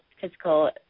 physical